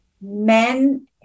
men